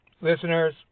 Listeners